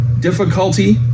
difficulty